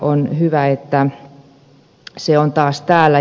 on hyvä että se on taas täällä